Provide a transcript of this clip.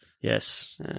yes